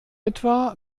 etwa